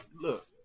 look